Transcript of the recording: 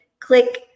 click